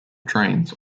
trains